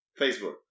Facebook